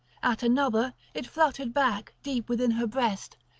at another it fluttered back deep within her breast.